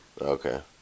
Okay